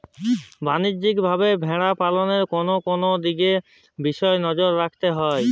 বাণিজ্যিকভাবে ভেড়া পালনে কোন কোন দিকে বিশেষ নজর রাখতে হয়?